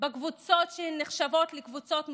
בקבוצות שנחשבות לקבוצות מוחלשות,